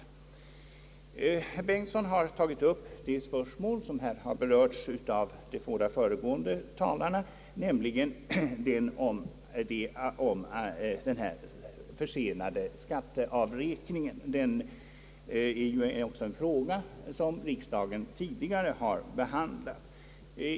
Herr Bengtson har tagit upp ett spörsmål som här har berörts av de båda föregående talarna, nämligen den sena skatteavräkningen. Det är en fråga som riksdagen tidigare har behandlat.